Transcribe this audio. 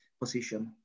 position